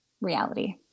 reality